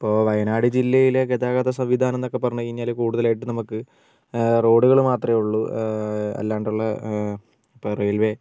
ഇപ്പോൾ വയനാട് ജില്ലയിലെ ഗതാഗത സംവിധാനം എന്നൊക്കെ പറഞ്ഞ് കഴിഞ്ഞാല് കൂടുതലായിട്ടും നമുക്ക് റോഡുകൾ മാത്രമേ ഉള്ളു അല്ലാതെ ഉള്ള ഇപ്പോൾ റെയിൽവേ